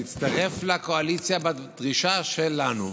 תצטרף לקואליציה בדרישה שלנו: